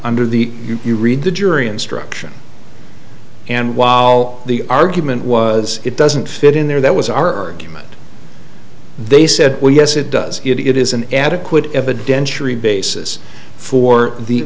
under the you read the jury instruction and while the argument was it doesn't fit in there that was our argument they said well yes it does it is an adequate evidentiary basis for the